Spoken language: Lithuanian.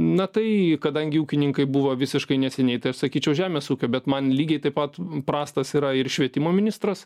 na tai kadangi ūkininkai buvo visiškai neseniai tai aš sakyčiau žemės ūkio bet man lygiai taip pat prastas yra ir švietimo ministras